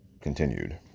continued